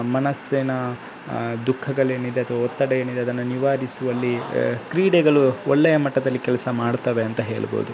ಮನಸ್ಸಿನ ದುಃಖಗಳೇನಿದೆ ಅಥವಾ ಒತ್ತಡ ಏನಿದೆ ಅದನ್ನು ನಿವಾರಿಸುವಲ್ಲಿ ಕ್ರೀಡೆಗಳು ಒಳ್ಳೆಯ ಮಟ್ಟದಲ್ಲಿ ಕೆಲಸ ಮಾಡುತ್ತವೆ ಅಂತ ಹೇಳ್ಬಹುದು